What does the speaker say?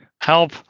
Help